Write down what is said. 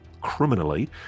criminally